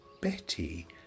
Betty